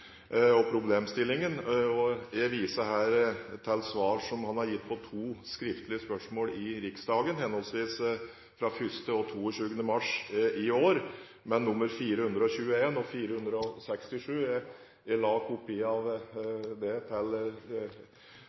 og problemstillingen, og jeg viser her til svar som han har gitt på to skriftlige spørsmål i Riksdagen, henholdsvis fra 1. og 22. mars i år, med nummer 421 og 467. Jeg la kopi av det til